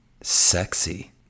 Sexy